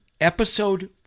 Episode